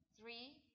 three